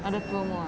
ada promo ah